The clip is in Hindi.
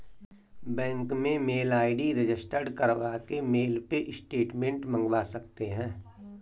बैंक में मेल आई.डी रजिस्टर करवा के मेल पे स्टेटमेंट मंगवा सकते है